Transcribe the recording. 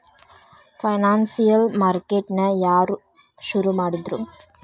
Financial market ನ ಯಾರ್ ಶುರುಮಾಡಿದ್ರು?